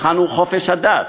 היכן הוא חופש הדת